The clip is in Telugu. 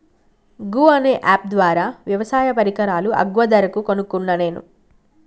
గూ అనే అప్ ద్వారా వ్యవసాయ పరికరాలు అగ్వ ధరకు కొనుకున్న నేను